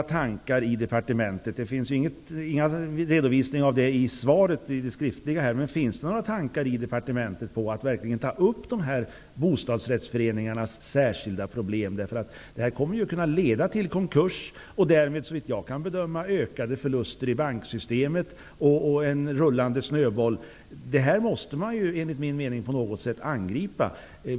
Finns det i departementet några tankar på att ta upp dessa bostadsrättsföreningars särskilda problem? Det står inget om detta i det skriftliga svaret. Dessa problem kommer ju att kunna leda till konkurser och därmed, såvitt jag kan bedöma, ökade förluster i banksystemet, och en snöboll sätts därmed i rullning. Det här måste man enligt min mening på något sätt angripa.